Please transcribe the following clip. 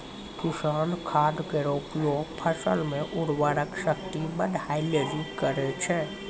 किसान खाद केरो प्रयोग फसल म उर्वरा शक्ति बढ़ाय लेलि करै छै